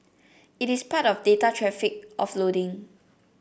it is part of data traffic offloading